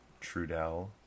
Trudell